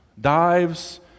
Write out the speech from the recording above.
Dives